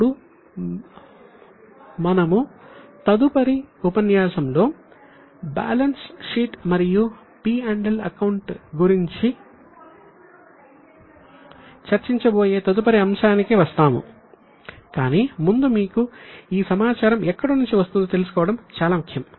ఇప్పుడు మనం తదుపరి ఉపన్యాసములో బ్యాలెన్స్ షీట్ మరియు P L అకౌంట్ గురించి చర్చించబోయే తదుపరి అంశానికి వస్తాము కాని ముందు మీకు ఈ సమాచారం ఎక్కడ నుండి వస్తుందో తెలుసుకోవడం చాలా ముఖ్యం